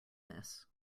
this